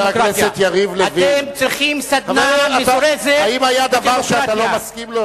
אתם צריכים סדנה מזורזת לדמוקרטיה.